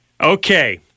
Okay